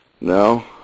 No